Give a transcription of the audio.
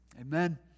Amen